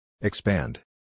Expand